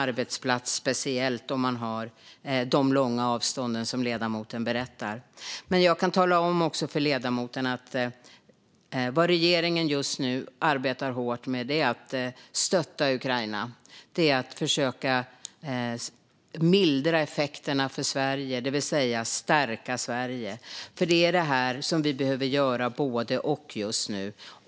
Det gäller speciellt om man har de långa avstånd som ledamoten berättade om. Men jag kan också tala om för ledamoten att regeringen just nu arbetar hårt med att stötta Ukraina och att försöka mildra effekterna för Sverige, det vill säga att stärka Sverige. Vi behöver göra båda dessa saker just nu.